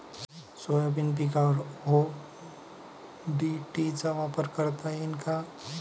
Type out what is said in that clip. Soybean पिकावर ODT चा वापर करता येईन का?